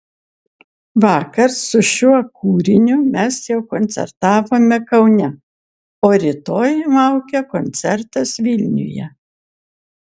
vakar su šiuo kūriniu mes jau koncertavome kaune o rytoj laukia koncertas vilniuje